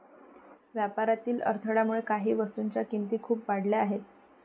व्यापारातील अडथळ्यामुळे काही वस्तूंच्या किमती खूप वाढल्या आहेत